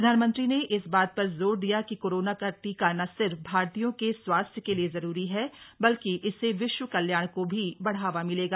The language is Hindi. प्रधानमंत्री ने इस बात पर जोर दिया कि कोरोना का टीका न सिर्फ भारतीयों के स्वास्थ्य के लिए जरूरी है बल्कि इससे विश्व कल्याण को भी बढ़ावा मिलेगा